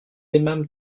aimâmes